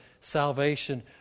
salvation